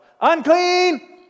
Unclean